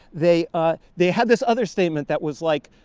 they ah they had this other statement that was like,